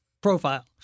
Profile